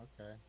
Okay